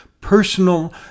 personal